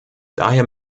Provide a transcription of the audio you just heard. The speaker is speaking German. daher